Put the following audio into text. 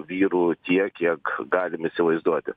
vyrų tiek kiek galim įsivaizduoti